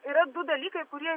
yra du dalykai kurie